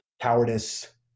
cowardice